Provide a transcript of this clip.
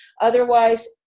Otherwise